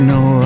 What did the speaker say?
no